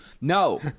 No